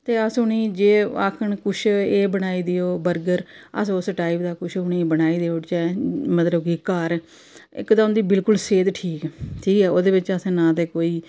ते अस उ'नें गी जे आक्खन किश एह् बनाई देओ बर्गर अस उस टाइप दा किश बनाई देई ओड़चै मतलब कि घर इक ते उं'दी बिल्कुल सेह्त ठीक ठीक ऐ ओह्दे बिच अंसे ना ते कोई